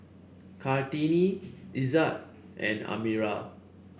Kartini Izzat and Amirah